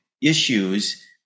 issues